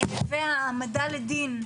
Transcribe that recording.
והעמדה לדיון.